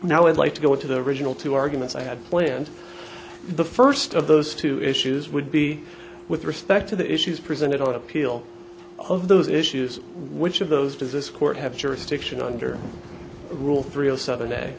now i'd like to go to the original two arguments i had planned the first of those two issues would be with respect to the issues presented on appeal of those issues which of those does this court have jurisdiction under rule